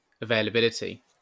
availability